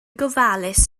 gofalus